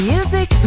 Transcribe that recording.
Music